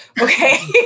Okay